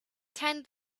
tend